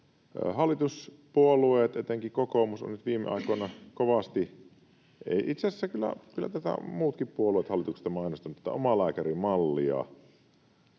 surullista. Etenkin kokoomus nyt viime aikoina kovasti, tai itse asiassa kyllä muutkin puolueet hallituksesta, ovat mainostaneet tätä omalääkärimallia.